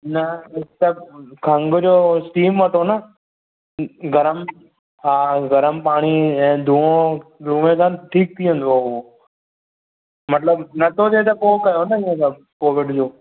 न उहो त खंघि जो स्टीम वठो न गरमु हा गरमु पाणी ऐं धुओ धुए सां ठीकु थी वेंदुव उहो मतलबु न थो थिए त पोइ कयो ना इहे सभु कोविड जो